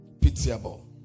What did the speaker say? pitiable